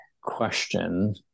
question